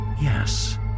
yes